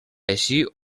així